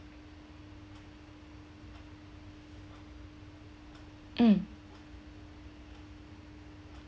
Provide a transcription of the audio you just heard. mm